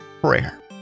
prayer